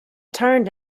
turned